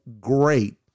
great